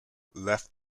left